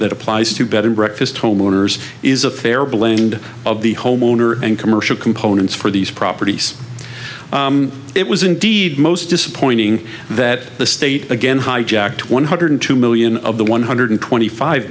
that applies to bed and breakfast homeowners is a fair blend of the homeowner and commercial components for these properties it was indeed most disappointing that the state again hijacked one hundred two million of the one hundred twenty five